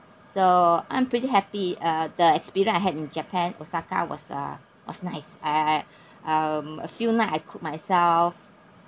so I'm pretty happy uh the experience I had in japan osaka was uh was nice I I um a few night I cook myself